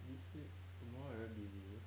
this week tomorrow I very busy